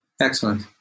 Excellent